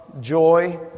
joy